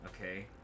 Okay